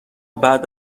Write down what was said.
بعد